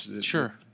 Sure